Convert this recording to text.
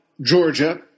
Georgia